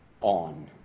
on